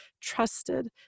trusted